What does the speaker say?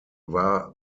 war